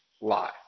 Lie